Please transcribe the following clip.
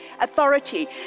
authority